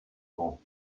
grand